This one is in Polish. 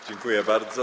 Dziękuję bardzo.